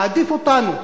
נעדיף אותנו,